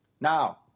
Now